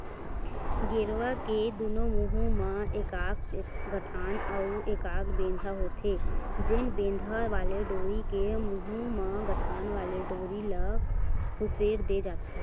गेरवा के दूनों मुहूँ म एकाक गठान अउ एकाक बेंधा होथे, जेन बेंधा वाले डोरी के मुहूँ म गठान वाले डोरी ल खुसेर दे जाथे